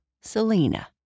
Selena